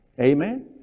Amen